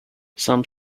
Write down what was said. some